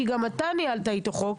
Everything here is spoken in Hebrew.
כי גם אתה ניהלת איתו חוק,